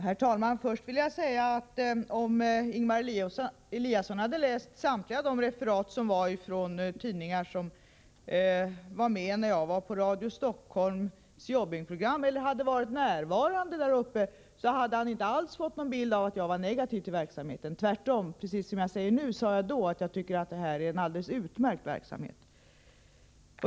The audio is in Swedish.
Herr talman! Om Ingemar Eliasson hade läst samtliga referat från de tidningar som var med när jag besökte Radio Stockholm eller själv varit närvarande hade han inte alls fått en bild av att jag är negativ till verksamheten, tvärtom. Jag sade då, precis som jag säger nu, att det är en alldeles utmärkt verksamhet.